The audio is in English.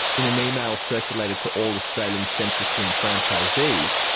in an email circulated to all australian sensaslim franchisees,